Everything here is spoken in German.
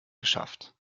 geschafft